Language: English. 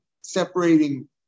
separating